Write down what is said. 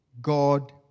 God